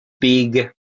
big